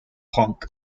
punk